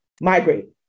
migrate